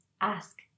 ask